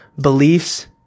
beliefs